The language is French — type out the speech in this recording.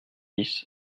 dix